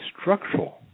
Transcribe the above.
structural